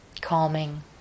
calming